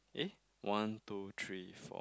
eh one two three four